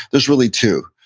there's really two.